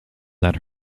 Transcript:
that